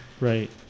Right